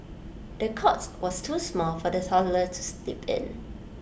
the cots was too small for the toddler to sleep in